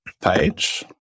page